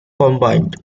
combined